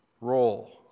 roll